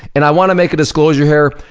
and i wanna make a disclosure here,